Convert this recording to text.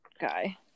guy